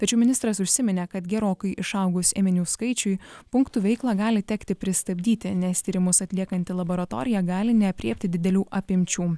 tačiau ministras užsiminė kad gerokai išaugus ėminių skaičiui punktų veiklą gali tekti pristabdyti nes tyrimus atliekanti laboratorija gali neaprėpti didelių apimčių